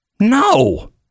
No